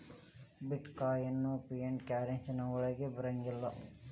ಬಿಟ್ coin fiat currency ವಳಗ್ ಬರಂಗಿಲ್ಲಾ